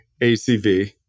ACV